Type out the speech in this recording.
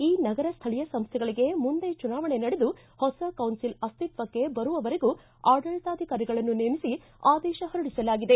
ಈ ನಗರ ಸ್ಥಳೀಯ ಸಂಸ್ಥೆಗಳಗೆ ಮುಂದೆ ಚುನಾವಣೆ ನಡೆದು ಹೊಸ ಕೌನ್ಸಿಲ್ ಅಸ್ತಿತ್ವಕ್ಕೆ ಬರುವವರೆಗೂ ಆಡಳಿತಾಧಿಕಾರಿಗಳನ್ನು ನೇಮಿಸಿ ಆದೇಶ ಹೊರಡಿಸಲಾಗಿದೆ